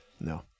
No